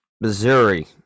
Missouri